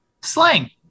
slang